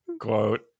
Quote